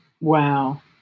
Wow